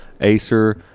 acer